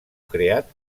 creat